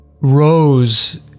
rose